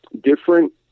different